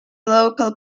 local